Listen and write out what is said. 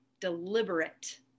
deliberate